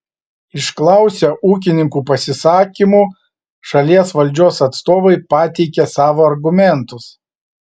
išklausę ūkininkų pasisakymų šalies valdžios atstovai pateikė savo argumentus